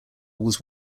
was